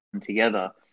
together